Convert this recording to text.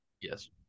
Yes